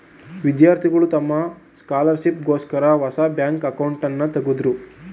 ವಿದ್ಯಾರ್ಥಿಗಳು ತಮ್ಮ ಸ್ಕಾಲರ್ಶಿಪ್ ಗೋಸ್ಕರ ಹೊಸ ಬ್ಯಾಂಕ್ ಅಕೌಂಟ್ನನ ತಗದ್ರು